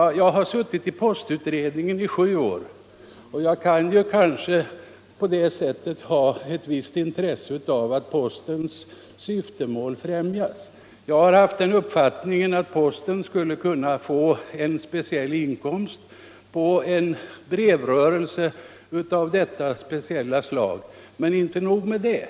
Ja, jag har suttit i postutredningen i sju år och skulle väl därför ha ett visst intresse av att postens syften främjas. Jag har också den uppfattningen att posten skulle kunna få en ganska väsentlig inkomst av en brevrörelse av detta speciella slag. Men inte nog med det.